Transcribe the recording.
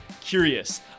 curious